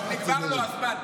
היושב-ראש, נגמר לו הזמן.